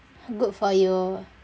good for you